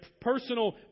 personal